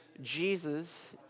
Jesus